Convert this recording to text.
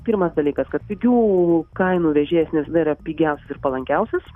pirmas dalykas kad pigių kainų vežėjas ne visada yra pigiausias ir palankiausias